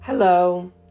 Hello